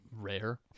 Rare